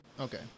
Okay